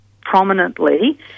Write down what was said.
prominently